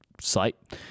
site